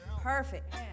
Perfect